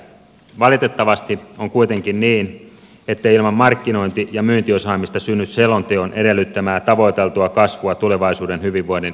valitettavasti on kuitenkin niin ettei ilman markkinointi ja myyntiosaamista synny selonteon edellyttämää tavoiteltua kasvua tulevaisuuden hyvinvoinnin turvaamiseksi